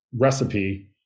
recipe